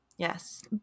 Yes